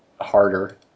harder